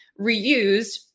reused